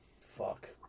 Fuck